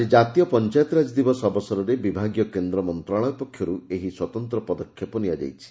ଆଜି କାତୀୟ ପଞାୟତରାଜ ଦିବସ ଅବସରରେ ବିଭାଗୀୟ କେନ୍ଦ୍ର ମନ୍ତଶାଳୟ ପକ୍ଷରୁ ଏହି ସ୍ୱତନ୍ତ୍ର ପଦକ୍ଷେପ ନିଆଯାଇଛି